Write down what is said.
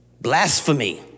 Blasphemy